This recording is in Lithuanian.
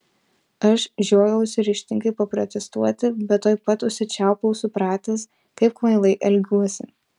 aš žiojausi ryžtingai paprotestuoti bet tuoj pat užsičiaupiau supratęs kaip kvailai elgiuosi